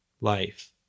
life